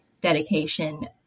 dedication